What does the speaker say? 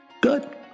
good